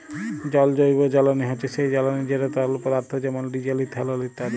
জল জৈবজ্বালানি হছে সেই জ্বালানি যেট তরল পদাথ্থ যেমল ডিজেল, ইথালল ইত্যাদি